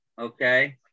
Okay